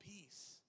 peace